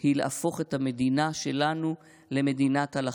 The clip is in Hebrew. היא להפוך את המדינה שלנו למדינת הלכה,